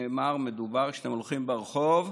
כשאתם הולכים ברחוב,